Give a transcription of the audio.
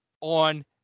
on